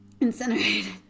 incinerated